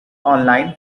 online